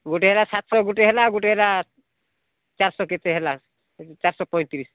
ଗୋଟିଏ ହେଲା ସାତଶହ ଗୋଟିଏ ହେଲା ଗୋଟିଏ ହେଲା ଚାରିଶହ କେତେ ହେଲା ଚାରିଶହ ପଞ୍ଚତିରିଶ